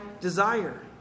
desire